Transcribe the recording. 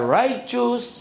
righteous